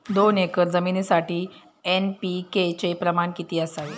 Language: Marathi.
दोन एकर जमीनीसाठी एन.पी.के चे प्रमाण किती असावे?